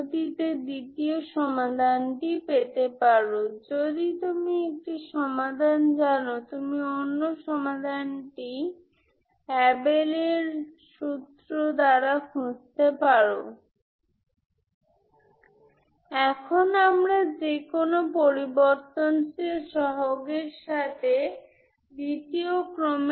এটি নিয়মিত storm Liouville system বা পিরিওডিক স্টর্ম লিওভিলে সিস্টেমেও সত্য যা আমি গতবার ব্যাখ্যা করতে মিস করেছি